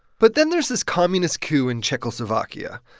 but then there's this communist coup in czechoslovakia,